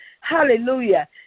hallelujah